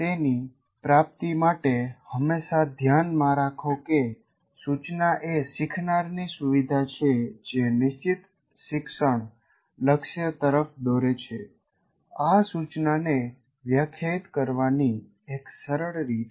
તેની પ્રાપ્તિ માટે હંમેશા ધ્યાનમાં રાખો કે સુચના એ શીખનાર ની સુવિધા છે જે નિશ્ચિત શિક્ષણ લક્ષ્ય તરફ દોરે છે આ સૂચનાને વ્યાખ્યાયિત કરવાની એક સરળ રીત છે